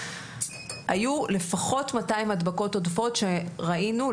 היו לפחות 200 הדבקות עודפות שראינו.